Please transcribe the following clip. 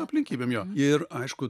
aplinkybėm jo ir aišku